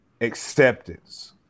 acceptance